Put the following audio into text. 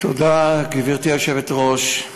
גברתי היושבת-ראש,